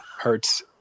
hurts